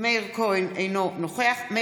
אינו נוכח